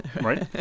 right